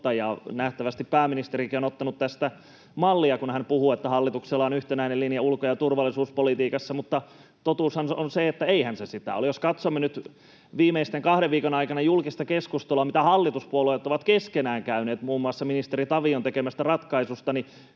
Nähtävästi pääministerikin on ottanut tästä mallia, kun hän puhuu, että hallituksella on yhtenäinen linja ulko- ja turvallisuuspolitiikassa, mutta totuushan on se, että eihän se sitä ole. Jos katsomme nyt viimeisten kahden viikon aikana julkista keskustelua, mitä hallituspuolueet ovat keskenään käyneet muun muassa ministeri Tavion tekemästä ratkaisusta,